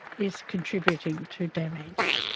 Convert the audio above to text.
is contributing to damage,